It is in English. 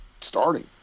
starting